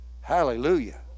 hallelujah